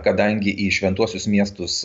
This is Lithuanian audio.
kadangi į šventuosius miestus